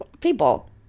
people